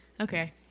Okay